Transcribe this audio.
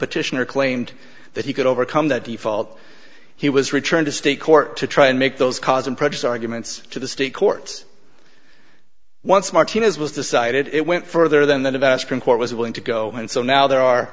petitioner claimed that he could overcome that default he was returned to state court to try and make those cars and precious arguments to the state courts once martina's was decided it went further than that of a supreme court was willing to go and so now there are